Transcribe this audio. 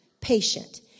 patient